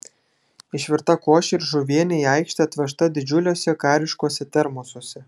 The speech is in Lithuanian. išvirta košė ir žuvienė į aikštę atvežta didžiuliuose kariškuose termosuose